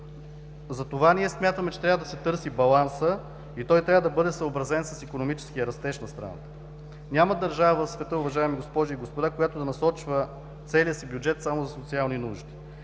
Затова ние смятаме, че трябва да се търси балансът и той трябва да бъде съобразен с икономическия растеж на страната. Няма държава в света, уважаеми госпожи и господа, която да насочва целия си бюджет само за социални нужди.